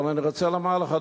אבל אני רוצה לומר לך,